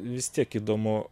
vis tiek įdomu